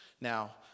Now